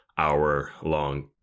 Hour-long